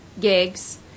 gigs